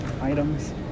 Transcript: items